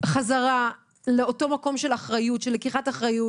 חזרה לאותו מקום של לקיחת אחריות,